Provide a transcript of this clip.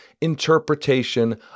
interpretation